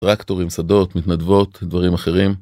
טרקטורים, שדות, מתנדבות, דברים אחרים.